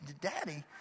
Daddy